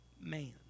man